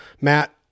matt